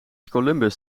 columbus